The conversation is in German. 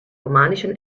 romanischen